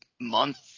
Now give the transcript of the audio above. month